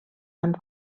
amb